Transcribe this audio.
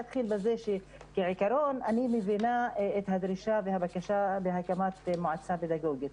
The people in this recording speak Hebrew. אתחיל בזה שכעיקרון אני מבינה את הדרישה והבקשה להקמת מועצה פדגוגית.